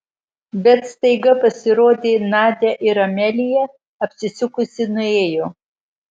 bet staiga pasirodė nadia ir amelija apsisukusi nuėjo